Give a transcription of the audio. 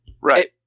Right